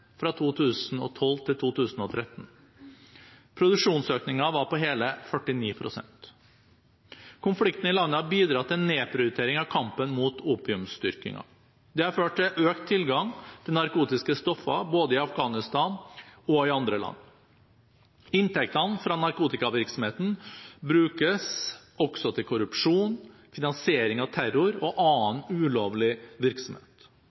fra 2012 til 2013. Produksjonsøkningen var på hele 49 pst. Konflikten i landet har bidratt til en nedprioritering av kampen mot opiumsdyrkingen. Dette har ført til økt tilgang til narkotiske stoffer både i Afghanistan og i andre land. Inntektene fra narkotikavirksomheten brukes også til korrupsjon, finansiering av terror og annen ulovlig virksomhet.